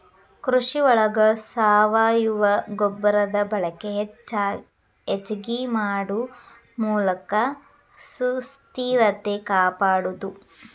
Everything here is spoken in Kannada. ಕೃಷಿ ಒಳಗ ಸಾವಯುವ ಗೊಬ್ಬರದ ಬಳಕೆ ಹೆಚಗಿ ಮಾಡು ಮೂಲಕ ಸುಸ್ಥಿರತೆ ಕಾಪಾಡುದು